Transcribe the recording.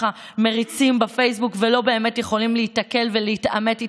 מריצים בפייסבוק ולא באמת יכולים להיתקל בהם ולהתעמת איתם,